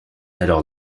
alors